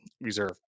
reserve